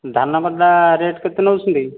ଧାନ କଟା ରେଟ୍ କେତେ ନେଉଛନ୍ତି